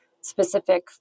specific